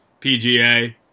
PGA